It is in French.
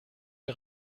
est